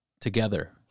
together